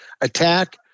attack